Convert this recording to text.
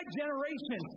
generation